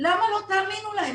למה לא תאמינו להם